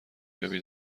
یابی